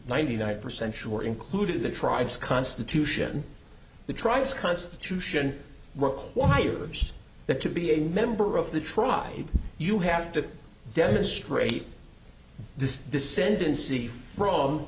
ninety nine percent sure included the tribes constitution the tribes constitution requires that to be a member of the tri you have to demonstrate this descendant see from